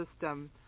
system